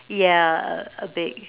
yeah a a big